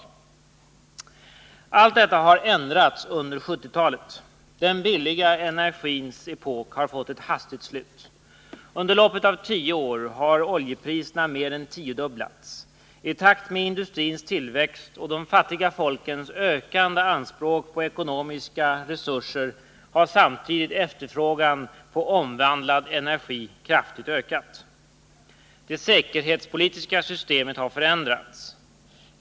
Allt detta har ändrats under 1970-talet. Den billiga energins epok har fått ett hastigt slut. Under loppet av tio år har oljepriserna mer än tiodubblats. I takt med industrins tillväxt och de fattiga folkens ökande anspråk på ekonomiska resurser har efterfrågan på omvandlad energi kraftigt ökat. Det säkerhetspolitiska systemet har förändrats.